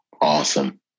Awesome